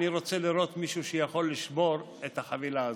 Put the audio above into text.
אני רוצה לראות מישהו שיכול לשבור את החבילה הזאת.